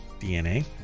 DNA